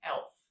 Elf